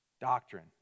Doctrine